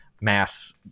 mass